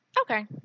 okay